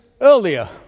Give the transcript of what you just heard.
earlier